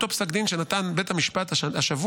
אותו פסק דין שנתן בית המשפט השבוע,